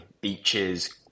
beaches